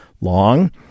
long